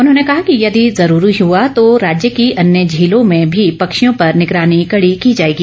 उन्होंने कहा कि यदि जरूरी हुआ तो राज्य के अन्य झीलों में भी पक्षियों पर निगरानी कड़ी की जाएगी